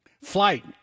Flight